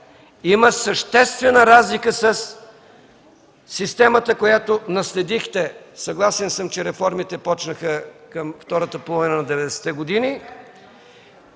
Има съществена разлика със системата, която наследихте – съгласен съм, че реформите започнаха към втората половина на 90-те години.